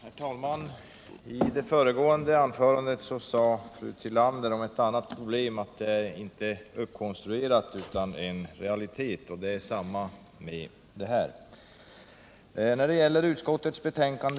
Herr talman! I det föregående anförandet sade fru Tillander om ett annat problem att det inte är uppkonstruerat utan en realitet. Detsamma gäller det här spörsmålet.